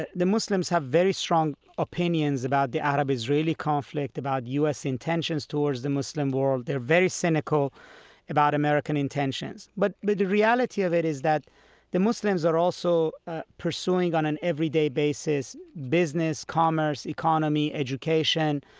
the the muslims have very strong opinions about the arab-israeli conflict, about u s. intentions towards the muslim world. they're very cynical about american intentions. but the the reality of it is that the muslims are also ah pursuing on an everyday basis business, commerce, economy, education.